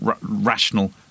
rational